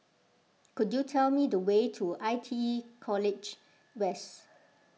could you tell me the way to I T E College West